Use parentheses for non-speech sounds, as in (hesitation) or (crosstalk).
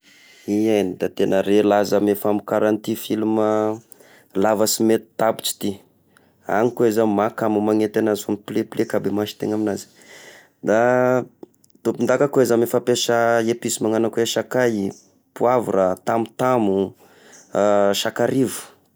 I Inde da tena re laza amy famokara ity film lava sy mety tapitry ity, agny koa izao mahakamo magnety agnazy mipolepoleka aby i maso tegna amignazy, da tompon-daka koa izy amy fampiasa episy magnano koa i sakay, poavra, tamotamo, (hesitation) sakarivo.